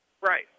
Right